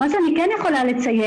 מה שאני כן יכולה לציין,